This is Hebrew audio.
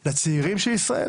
של ישראל